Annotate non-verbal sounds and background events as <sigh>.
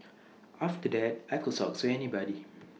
after that I could <unintelligible> anybody